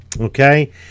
Okay